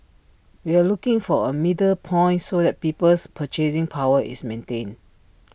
we are looking for A middle point so that people's purchasing power is maintained